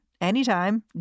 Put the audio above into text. anytime